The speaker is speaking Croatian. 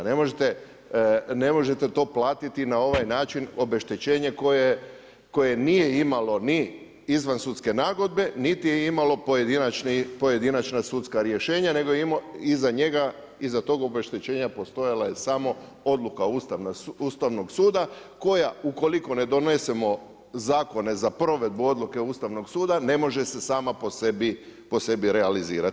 Ne možete to platiti na ovaj način obeštećenje koje nije imalo ni izvansudske nagodbe niti je imalo pojedinačna sudska rješenja nego je imao iza njega, iza tog obeštećenja postojala je samo odluka Ustavnog suda koja ukoliko ne donesemo zakone za provedbu odluke Ustavnog suda ne može se sama po sebi realizirati.